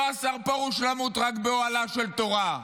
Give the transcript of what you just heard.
לא למות רק באוהלה של תורה,